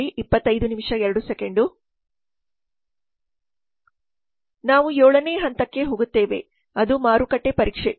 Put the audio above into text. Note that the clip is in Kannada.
ನಾವು ಏಳನೇ ಹಂತಕ್ಕೆ ಹೋಗುತ್ತೇವೆ ಅದು ಮಾರುಕಟ್ಟೆ ಪರೀಕ್ಷೆ